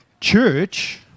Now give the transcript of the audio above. church